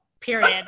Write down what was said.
period